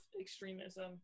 extremism